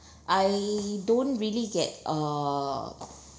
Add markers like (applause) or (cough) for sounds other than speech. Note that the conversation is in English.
(breath) I don't really get uh